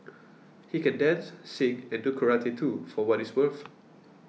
he can dance sing and do karate too for what it's worth